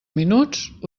minuts